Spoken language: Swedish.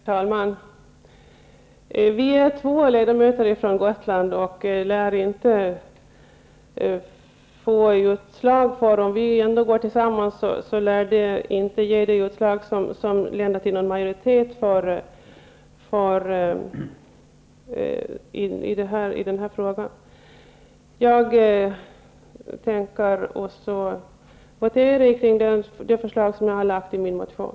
Herr talman! Vi är två ledamöter från Gotland, och även om vi går fram tillsammans lär det inte bli något utslag som ger en majoritet för oss i den här frågan. Jag tänker begära votering om det förslag som jag har lagt fram i min motion.